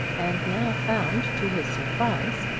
and now found, to his surprise,